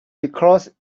because